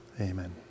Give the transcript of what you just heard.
Amen